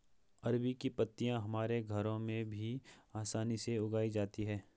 अरबी की पत्तियां हमारे घरों में भी आसानी से उगाई जाती हैं